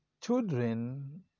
Children